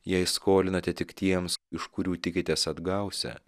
jei skolinate tik tiems iš kurių tikitės atgausią